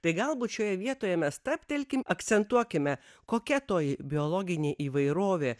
tai galbūt šioje vietoje mes stabtelkim akcentuokime kokia toji biologinė įvairovė